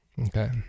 Okay